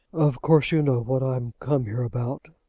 of course, you know what i'm come here about?